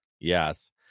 Yes